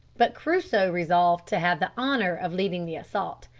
but crusoe resolved to have the honour of leading the assault.